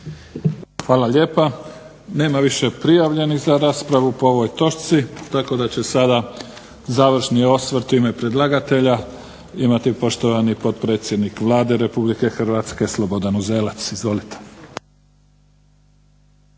Hvala lijepa. Nema više prijavljenih za raspravu po ovoj točci tako da će sada završni osvrt u ime predlagatelja imati poštovani potpredsjednik Vlade Republike Hrvatske Slobodan Uzelac. Izvolite.